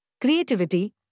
creativity